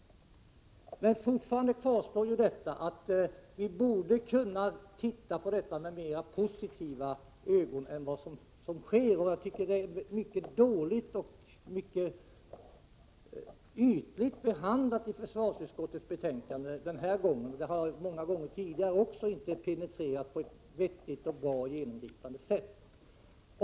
Men fortfarande kvarstår att vi borde kunna se på detta mer positivt än som sker. Frågan är mycket dåligt och ytligt behandlad i försvarsutskottets betänkande denna gång. Vid flera tillfällen tidigare har frågan inte heller penetrerats på ett vettigt och genomgripande sätt.